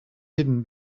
hidden